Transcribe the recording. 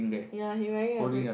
ya he wearing a brick